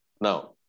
now